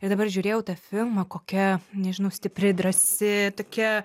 ir dabar žiūrėjau tą filmą kokia nežinau stipri drąsi tokia